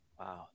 Wow